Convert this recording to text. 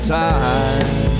time